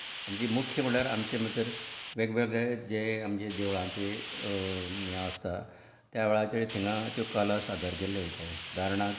म्हणजे मुख्य म्हळ्यार आमचे भितर वेगवेगळे जे आमचे देवळांचें हें आसात त्या वेळाचेर थिंगां त्यो कला सादर केल्ल्यो वता उदारणाक